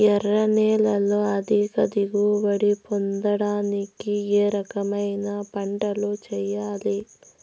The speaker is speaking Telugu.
ఎర్ర నేలలో అధిక దిగుబడి పొందడానికి ఏ రకమైన పంటలు చేయాలి?